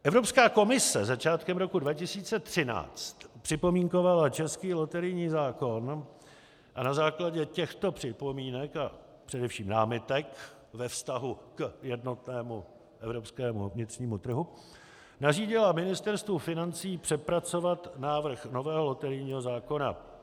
Evropská komise začátkem roku 2013 připomínkovala český loterijní zákon a na základě těchto připomínek a především námitek ve vztahu k jednotnému evropskému vnitřnímu trhu nařídila Ministerstvu financí přepracovat návrh nového loterijního zákona.